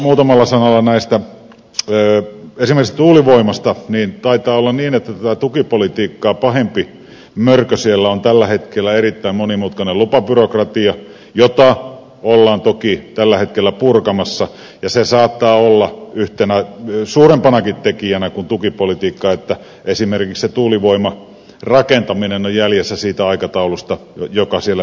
sitten kun puhutaan muutamalla sanalla esimerkiksi tuulivoimasta taitaa olla niin että tätä tukipolitiikkaa pahempi mörkö siellä on tällä hetkellä erittäin monimutkainen lupabyrokratia jota ollaan toki tällä hetkellä purkamassa ja se saattaa olla yhtenä suurempanakin tekijänä kuin tukipolitiikka siinä että esimerkiksi se tuulivoimarakentaminen on jäljessä siitä aikataulusta joka siellä pitäisi olla